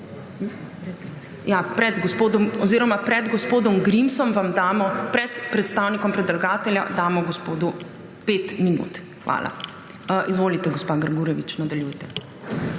pred gospodom Grimsom. Pred predstavnikom predlagatelja damo gospodu pet minut. Hvala. Izvolite, gospa Grgurevič, nadaljujte.